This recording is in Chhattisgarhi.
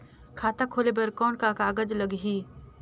खाता खोले बर कौन का कागज लगही?